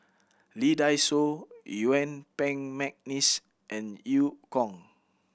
Lee Dai Soh Yuen Peng McNeice and Eu Kong